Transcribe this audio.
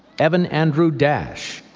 evan andrew dash,